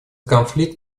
конфликт